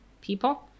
people